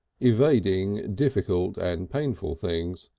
evading difficult and painful things.